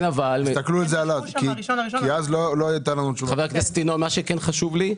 חבר הכנסת אזולאי, מה שכן חשוב לי.